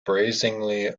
brazenly